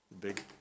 big